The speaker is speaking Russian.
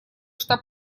штаб